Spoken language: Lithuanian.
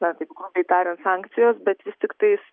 na taip grubiai tariant sankcijos bet vis tiktais